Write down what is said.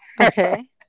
Okay